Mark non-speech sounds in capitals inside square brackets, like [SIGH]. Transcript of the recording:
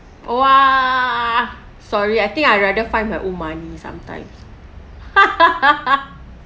!wah! sorry I think I rather find my own money sometimes [LAUGHS]